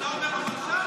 אתה אומר לו "מלשן"?